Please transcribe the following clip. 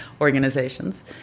organizations